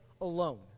alone